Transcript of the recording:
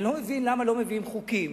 אני לא מבין למה לא מביאים חוקים